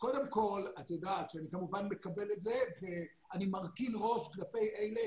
קודם כל את יודעת שאני כמובן מקבל את זה ואני מרכין ראש כלפי אלה,